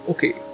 Okay